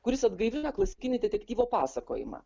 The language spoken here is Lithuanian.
kuris atgaivina klasikinį detektyvo pasakojimą